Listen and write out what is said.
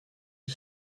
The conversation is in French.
que